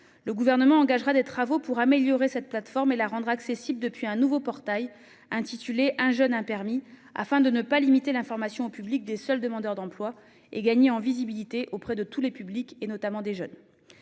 Travail. Il engagera des travaux pour l'améliorer et la rendre accessible depuis un nouveau portail, « 1 jeune, 1 permis », afin de ne pas limiter l'information au public des seuls demandeurs d'emploi et de gagner en visibilité auprès de tous les publics, et notamment des jeunes.